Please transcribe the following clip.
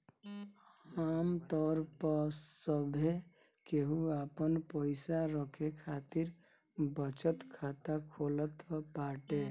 आमतौर पअ सभे केहू आपन पईसा रखे खातिर बचत खाता खोलत बाटे